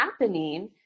happening